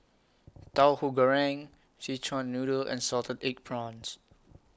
Tauhu Goreng Szechuan Noodle and Salted Egg Prawns